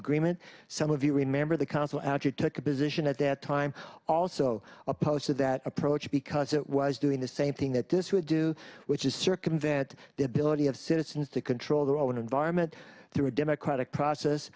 agreement some of you remember the council as you took a position at that time also opposed to that approach because it was doing the same thing that this would do which is circumvent the ability of citizens to control their own environment through a democratic process